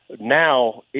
Now